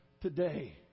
today